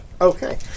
Okay